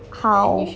how